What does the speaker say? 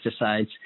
pesticides